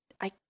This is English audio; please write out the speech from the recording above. I-